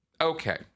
Okay